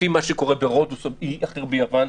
לפי מה שקורה ברודוס או באי אחר ביוון,